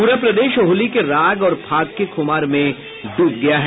पूरा प्रदेश होली के राग और फाग के खुमार में डूब गया है